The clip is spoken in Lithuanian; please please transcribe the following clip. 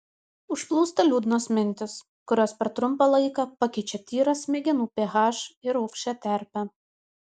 užplūsta liūdnos mintys kurios per trumpą laiką pakeičia tyrą smegenų ph į rūgščią terpę